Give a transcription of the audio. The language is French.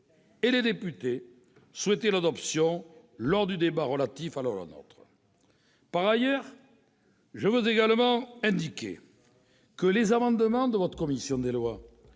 et députés souhaitaient l'adoption lors du débat relatif à la loi NOTRe. Je veux également indiquer que les amendements de votre commission des lois,